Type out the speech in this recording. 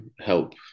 help